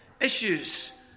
issues